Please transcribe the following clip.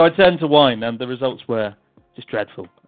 i turned to wine and the results were just dreadful.